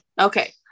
Okay